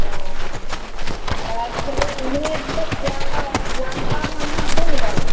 অ তাৰপিছতে এনেই এনেকৈ বোৱা ক বোৱা কটা মানুহ আছেনি বাৰু